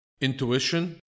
intuition